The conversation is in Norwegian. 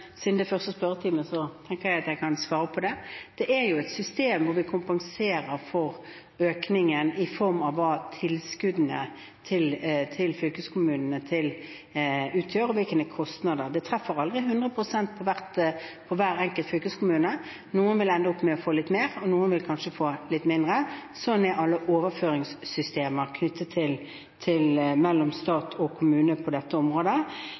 siden det er første spørretime, tenker jeg at jeg kan svare på det. Det er et system hvor vi kompenserer for økningen i form av hva tilskuddene til fylkeskommunene utgjør, og hvilke kostnader de har. Det treffer aldri 100 pst. for hver enkelt fylkeskommune. Noen vil ende opp med å få litt mer, og noen vil kanskje få litt mindre. Sånn er alle overføringssystemer mellom stat og kommune på dette området.